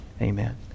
Amen